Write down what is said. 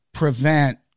prevent